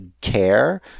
care